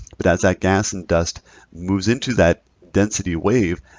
but as that gas and dust moves into that density wave,